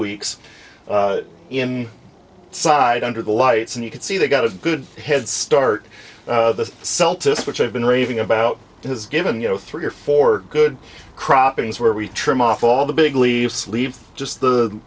weeks in side under the lights and you could see they got a good head start the celtics which i've been raving about has given you know three or four good croppings where we trim off all the big leaves leave just the